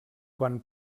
quan